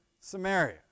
Samaria